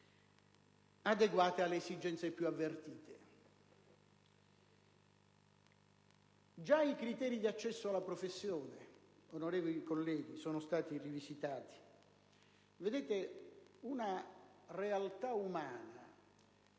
adeguate alle esigenze più avvertite. Già i criteri di accesso alla professione, onorevoli colleghi, sono stati rivisitati. Vedete, una realtà umana